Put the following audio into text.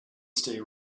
stay